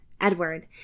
Edward